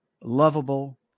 lovable